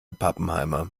pappenheimer